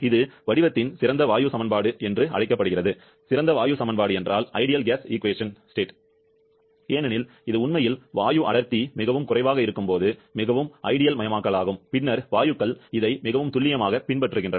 இது வடிவத்தின் சிறந்த வாயு சமன்பாடு என்று அழைக்கப்படுகிறது ஏனெனில் இது உண்மையில் வாயு அடர்த்தி மிகவும் குறைவாக இருக்கும்போது மிகவும் ஐடியல்மயமாக்கலாகும் பின்னர் வாயுக்கள் இதை மிகவும் துல்லியமாக பின்பற்றுகின்றன